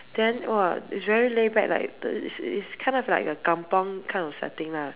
then !woah! it's very laid back like it's kind of like a kampung kind of setting lah